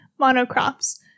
monocrops